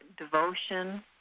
devotion